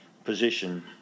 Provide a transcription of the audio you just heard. Position